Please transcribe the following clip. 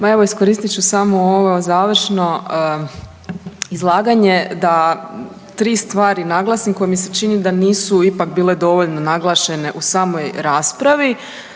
evo iskoristit ću samo ovo završno izlaganje da tri stvari naglasim koje mi se čini da nisu ipak bile dovoljno naglašene u samoj raspravi.